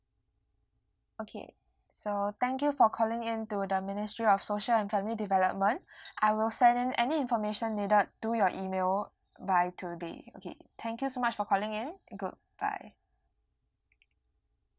okay so thank you for calling in to the ministry of social and family development I will send in any information needed to your email by today okay thank you so much for calling in good bye